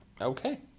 Okay